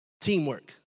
Teamwork